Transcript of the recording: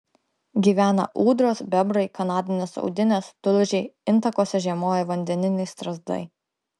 gyvena ūdros bebrai kanadinės audinės tulžiai intakuose žiemoja vandeniniai strazdai